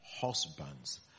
husbands